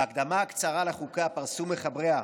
בהקדמה הקצרה לחוקה פרסו מחבריה,